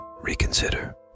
reconsider